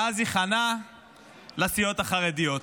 ואז ייכנע לסיעות החרדיות,